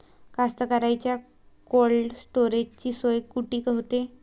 कास्तकाराइच्या कोल्ड स्टोरेजची सोय कुटी होते?